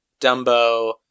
dumbo